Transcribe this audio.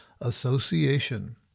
Association